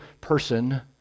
person